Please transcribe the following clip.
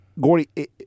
Gordy